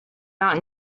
not